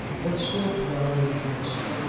but still proud and handsome.